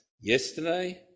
yesterday